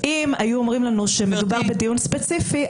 אם היו אומרים לנו שמדובר בדיון ספציפי,